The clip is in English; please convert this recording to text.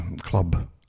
club